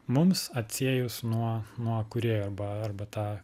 mums atsiejus nuo nuo kūrėjo arba arba tą